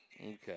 Okay